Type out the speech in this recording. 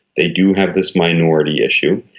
they do have this minority issue.